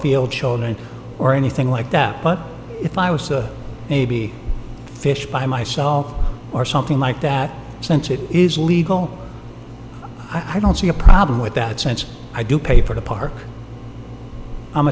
field children or anything like that but if i was to maybe fish by myself or something like that since it is legal i don't see a problem with that since i do pay for the park